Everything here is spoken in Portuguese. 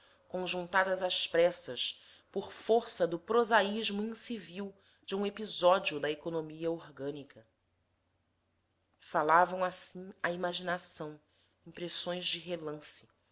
humildes conjuntadas às pressas por força do prosaísmo incivil de um episódio da economia orgânica falavam assim à imaginação impressões de relance